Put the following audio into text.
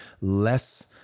less